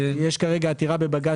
יש כרגע עתירה בבג"ץ